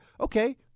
Okay